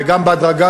ובהדרגה,